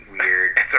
weird